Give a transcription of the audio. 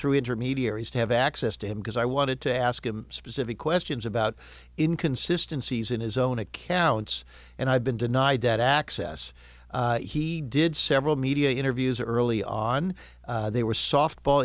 through intermediaries to have access to him because i wanted to ask him specific questions about him consistencies in his own accounts and i've been denied that access he did several media interviews early on they were softball